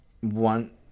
One